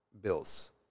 bills